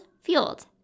fueled